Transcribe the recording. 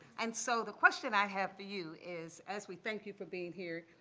and so the question i have for you is, as we thank you for being here,